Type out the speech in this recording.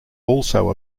also